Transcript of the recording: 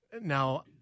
Now